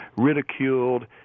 ridiculed